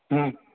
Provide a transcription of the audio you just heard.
હમ